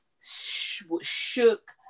shook